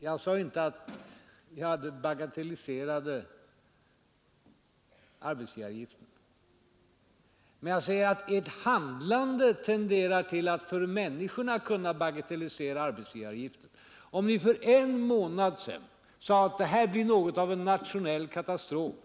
Jag sade inte att man bagatelliserade arbetsgivaravgiften, men jag sade att ert handlande kan medföra att människorna kan komma att bagatellisera arbetsgivaravgiften, eftersom ni för en månad sedan påstod att en höjning av den skulle medföra något av en nationell katastrof.